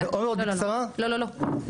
לא, לא לא.